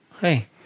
Hey